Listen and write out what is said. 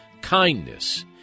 kindness